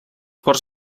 corts